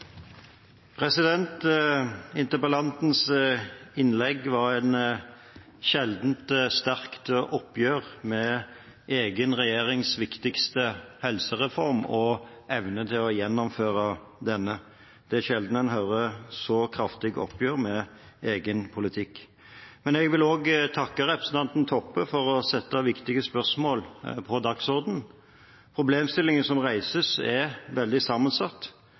Interpellantens innlegg var et sjeldent sterkt oppgjør med egen regjerings viktigste helsereform og evnen til å gjennomføre denne. Det er sjelden en hører så kraftig oppgjør med egen politikk. Men jeg vil også takke representanten Toppe for å sette viktige spørsmål på dagsordenen. Problemstillingen som reises, er veldig sammensatt.